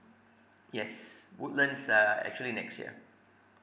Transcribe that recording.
yes woodlands uh actually next year